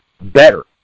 better